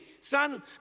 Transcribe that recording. son